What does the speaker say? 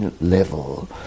level